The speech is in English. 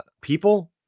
people